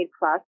plus